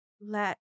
let